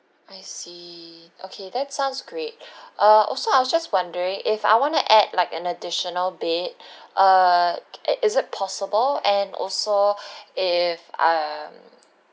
I see okay that sounds great uh also I was just wondering if I want to add like an additional bed err i~ is it possible and also if um